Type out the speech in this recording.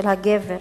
של הגבר,